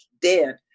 dead